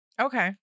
Okay